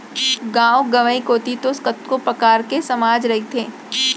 गाँव गंवई कोती तो कतको परकार के समाज रहिथे